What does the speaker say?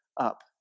up